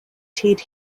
ted